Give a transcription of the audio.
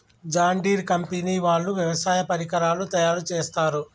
John Deere company వాళ్ళు వ్యవసాయ పరికరాలు తయారుచేస్తారు